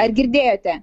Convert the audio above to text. ar girdėjote